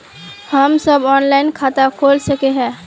हम सब ऑनलाइन खाता खोल सके है?